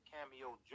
Cameo